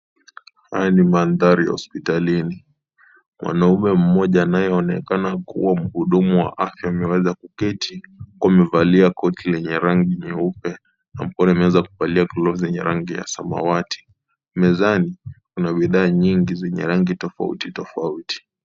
Haya ni mandhari ya hospitalini. Mwanaume mmoja anayeonekana kuwa mhudumu wa afya ameweza kuketi huku amevalia koti lenye rangi nyeupe na mikono ameweza kuvalia glovu zenye rangi ya samawati. Mezani kuna bidhaa nyingi zenye rangi tofauti tofauti.